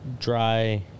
dry